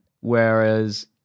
whereas